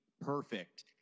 perfect